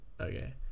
Okay